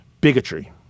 Bigotry